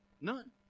None